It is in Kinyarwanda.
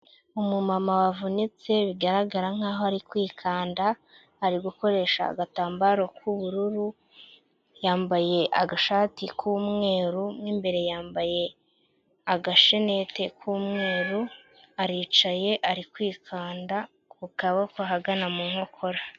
Umumama wavunitse, bigaragara nkaho ari kwikanda, ari gukoresha agatambaro k'ubururu, yambaye agashati k'umweru, mo imbere yambaye agasheneti k'umweru, aricaye ari kwikanda ku kaboko ahagana mu nkokora.